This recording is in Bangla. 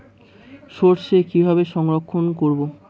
সরষে কিভাবে সংরক্ষণ করব?